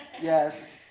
Yes